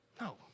No